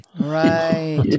Right